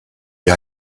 you